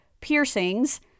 piercings